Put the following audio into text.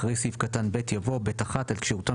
אחרי סעיף קטן (ב) יבוא: "(ב1) על כשירותם